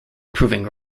proving